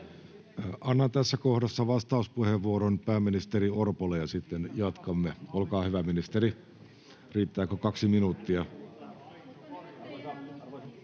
Annan tässä kohdassa vastauspuheenvuoron pääministeri Orpolle, ja sitten jatkamme. — Olkaa hyvä, ministeri. Riittääkö kaksi minuuttia?